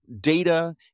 data